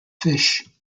fish